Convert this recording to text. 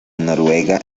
noruega